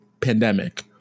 pandemic